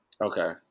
Okay